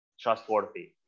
trustworthy